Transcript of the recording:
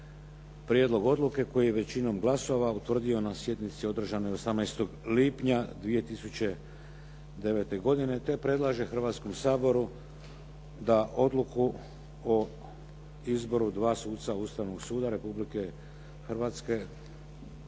prijedlog odluke koji je većinom glasova utvrdio na sjednici održanoj 18. lipnja 2009. godine te predlaže Hrvatskom saboru da odluku o izboru dva suca Ustavnog suda Republike Hrvatske donese